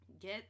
get